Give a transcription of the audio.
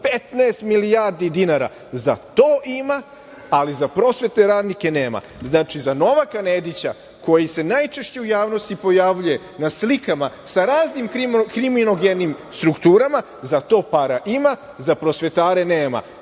15 milijardi dinara, za to ima, ali za prosvetne radnike nema. Znači, za Novaka Nedića koji se najčešće u javnosti pojavljuje na slikama sa raznim kriminogenim strukturama, za to para ima, a za prosvetare